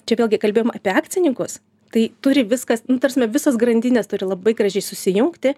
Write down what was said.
čia vėlgi kalbėjom apie akcininkus tai turi viskas ta prasme visos grandinės turi labai gražiai susijungti